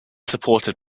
supported